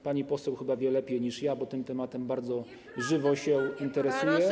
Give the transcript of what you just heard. Pani poseł chyba wie lepiej niż ja, bo tym tematem bardzo żywo się interesuje.